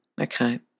Okay